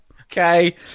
Okay